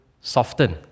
soften